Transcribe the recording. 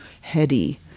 heady